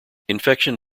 infection